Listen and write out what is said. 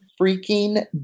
freaking